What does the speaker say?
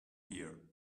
here